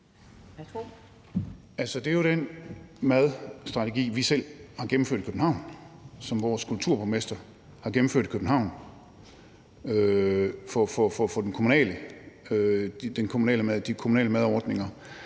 det er jo den madstrategi, vi selv har gennemført i København – som vores kulturborgmester har gennemført i København – for de kommunale madordninger.